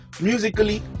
musically